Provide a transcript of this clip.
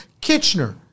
Kitchener